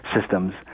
systems